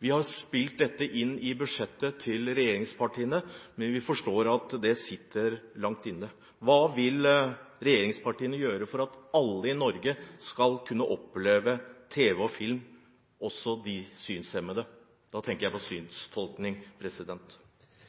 Vi har spilt dette inn i budsjettet til regjeringspartiene, men vi forstår at det sitter langt inne. Hva vil regjeringspartiene gjøre for at alle i Norge skal kunne oppleve tv og film, også de synshemmede? – Da tenker jeg på